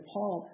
Paul